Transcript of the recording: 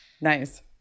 Nice